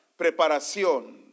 preparación